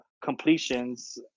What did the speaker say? completions